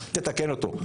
תתקן אותו.